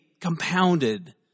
compounded